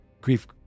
Grief